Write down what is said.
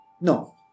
No